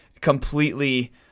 completely